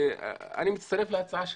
אני מצטרף להצעה שלך,